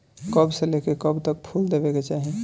कब से लेके कब तक फुल देवे के चाही?